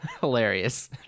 hilarious